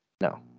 no